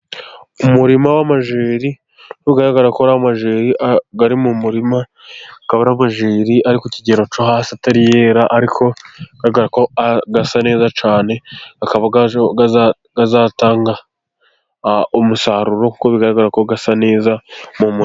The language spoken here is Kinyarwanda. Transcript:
Umurima w'amajeri ugaragara ko ari amajeri ari mu murima. Akaba ari amajeri ari ku kigero cyo hasi, atariyera, ariko bigaragara ko asa neza cyane, akaba azatanga umusaruro kuko bigaragara ko asa neza mu murima.